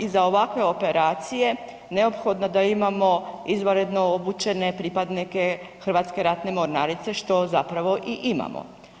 ovakve operacije neophodno da imamo izvanredno obučene pripadnike Hrvatske ratne mornarice što zapravo i imamo.